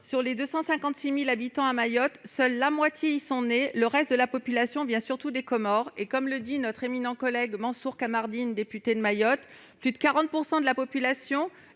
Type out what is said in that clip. des 256 000 habitants de l'île y est née, le reste de la population venant surtout des Comores : comme le dit notre éminent collègue Mansour Kamardine, député de Mayotte, plus de 40 % de la population